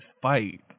fight